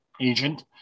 agent